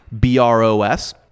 B-R-O-S